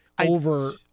over